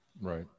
Right